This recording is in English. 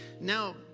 Now